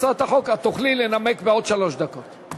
את תוכלי לנמק בעוד שלוש דקות.